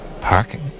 parking